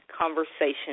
conversation